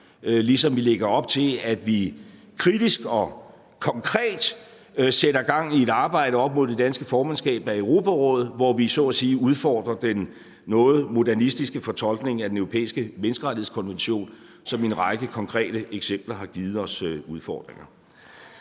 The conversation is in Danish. ligesom vi lægger op til, at vi kritisk og konkret sætter gang i et arbejde op mod det danske formandskab for Europarådet, hvor vi så at sige udfordrer den noget modernistiske fortolkning af den europæiske menneskerettighedskonvention, som i en række konkrete eksempler har givet os udfordringer.